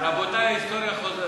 רבותי, ההיסטוריה חוזרת.